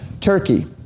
Turkey